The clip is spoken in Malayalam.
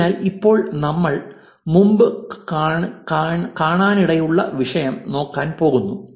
അതിനാൽ ഇപ്പോൾ നമ്മൾ മുമ്പ് കാണാനിടയുള്ള വിഷയം നോക്കാൻ പോകുന്നു